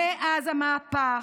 מאז המהפך,